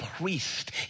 priest